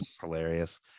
hilarious